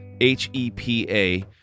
H-E-P-A